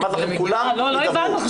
אמרתי שכולם ידברו.